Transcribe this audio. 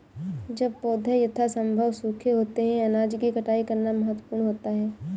जब पौधे यथासंभव सूखे होते हैं अनाज की कटाई करना महत्वपूर्ण होता है